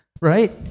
Right